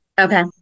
Okay